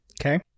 Okay